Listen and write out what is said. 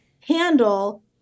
handle